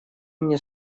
мне